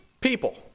people